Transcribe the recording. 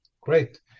Great